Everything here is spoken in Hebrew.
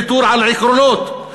לא דבק בנו שמץ של ויתור על עקרונות.